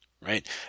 right